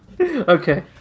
Okay